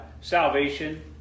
salvation